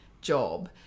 job